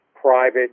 private